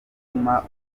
gutuma